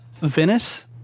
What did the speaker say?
Venice